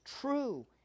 true